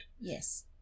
Yes